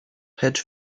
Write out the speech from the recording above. hedge